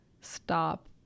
stop